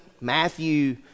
Matthew